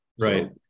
Right